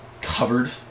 covered